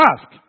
Ask